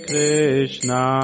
Krishna